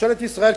ממשלת ישראל,